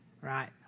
right